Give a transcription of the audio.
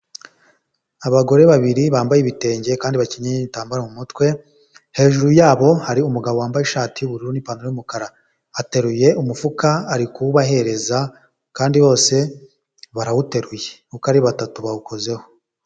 Abagore babiri bambaye ibitenge kandi bakenyeye n'igitambaro mu mutwe, hejuru yabo hari umugabo wambaye ishati y'ubururu n'ipantaro y'umukara ateruye umufuka ari kuwubahereza kandi bose barawuteruye uko ari batatu bawukozeho.